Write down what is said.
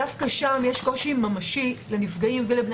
דווקא שם יש קושי ממשי לנפגעים ולבני